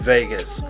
Vegas